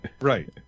right